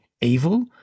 evil